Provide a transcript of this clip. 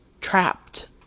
trapped